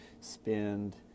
spend